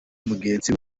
mugenzi